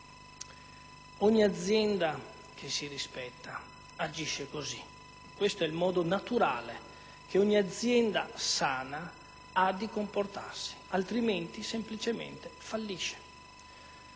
Ogni azienda che si rispetti agisce così: questo è il modo naturale che ogni azienda sana ha di comportarsi, altrimenti semplicemente fallisce.